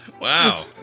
Wow